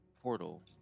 portal